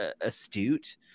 astute